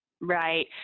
Right